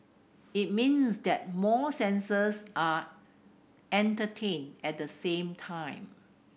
it means that more senses are entertained at the same time